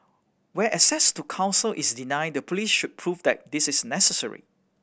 where access to counsel is denied the police should prove that this is necessary